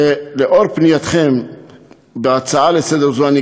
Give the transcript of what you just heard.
לנוכח פנייתכם בהצעה זו לסדר-היום,